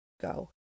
go